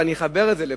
ואני אחבר את זה לפה.